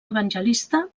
evangelista